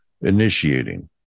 initiating